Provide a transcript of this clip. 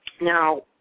Now